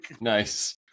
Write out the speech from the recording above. nice